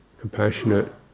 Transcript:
compassionate